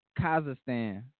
Kazakhstan